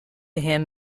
him